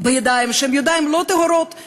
בידיים לא טהורות,